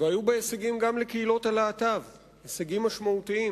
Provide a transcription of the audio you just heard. והיו בה הישגים גם לקהילות הלהט"ב, ההומואים,